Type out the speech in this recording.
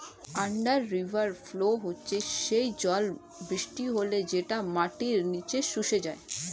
under river flow হচ্ছে সেই জল বৃষ্টি হলে যেটা মাটির নিচে শুষে যায়